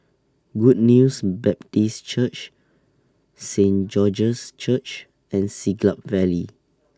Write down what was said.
Good News Baptist Church Saint George's Church and Siglap Valley